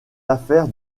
affaire